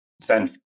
send